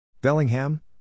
Bellingham